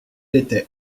était